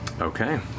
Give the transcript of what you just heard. Okay